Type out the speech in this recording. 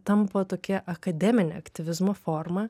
tampa tokia akademine aktyvizmo forma